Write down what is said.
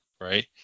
right